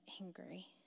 angry